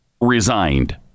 resigned